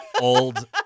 Old